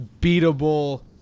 beatable